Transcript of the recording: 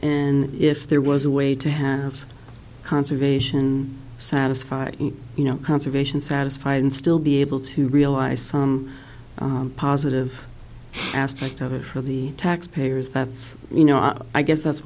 and if there was a way to have conservation satisfied you know conservation satisfied and still be able to realize some positive aspect of it for the taxpayers that's you know i guess that's